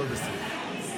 הכול בסדר.